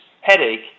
headache